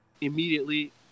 immediately